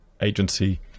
agency